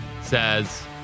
says